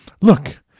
Look